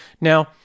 Now